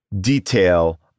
detail